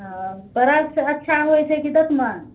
आ ब्रश अच्छा होइ छै कि दतमनि